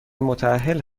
متاهل